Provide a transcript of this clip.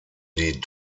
die